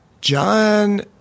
John